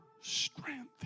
strength